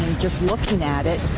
just looking at it,